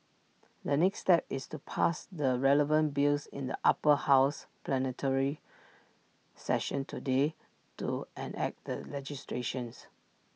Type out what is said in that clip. the next step is to pass the relevant bills in the Upper House plenary session today to enact the legislation